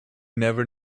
never